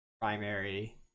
primary